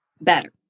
better